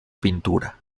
pintura